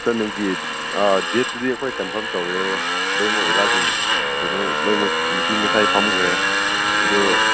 ꯆꯠꯅꯕꯤ ꯑꯥ ꯗꯦꯗꯇꯨꯗꯤ ꯑꯩꯈꯣꯏ ꯀꯟꯐꯥꯝ ꯇꯧꯔꯦ ꯂꯣꯏꯃꯛ ꯑꯣꯖꯥꯁꯤꯡ ꯀꯩꯅꯣ ꯂꯣꯏꯅꯃꯛ ꯃꯤꯇꯤꯡ ꯉꯁꯥꯏ ꯐꯝꯈ꯭ꯔꯦ ꯑꯗꯨ